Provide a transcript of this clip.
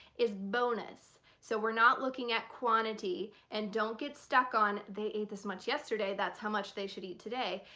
is bonus. so we're not looking at quantity. and don't get stuck on they ate this much yesterday, that's how much they should eat today.